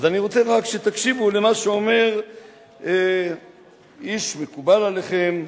אז אני רוצה רק שתקשיבו למה שאומר איש מקובל עליכם,